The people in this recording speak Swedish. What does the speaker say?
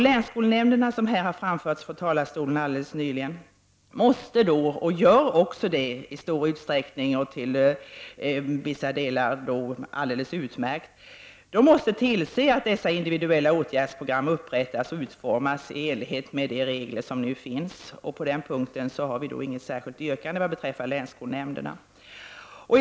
Länsskolnämnderna, som nyss har nämnts här i talarstolen, måste — och det gör de också i stor utsträckning och dessutom i viss mån på ett alldeles utmärkt sätt — se till att dessa individuella åtgärdsprogram upprättas och utformas i enlighet med de regler som finns. Mot den bakgrunden har vi beträffande länsskolnämnderna inte något särskilt yrkande.